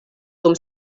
dum